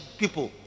people